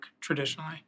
traditionally